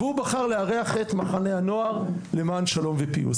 והוא בחר לארח את מחנה הנוער למען שלום ופיוס,